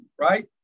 right